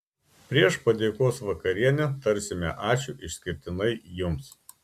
prieš padėkos vakarienę tarsime ačiū išskirtinai jums